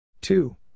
two